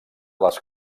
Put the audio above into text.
les